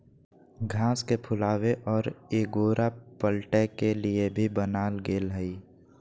घास के फुलावे और एगोरा पलटय के लिए भी बनाल गेल हइ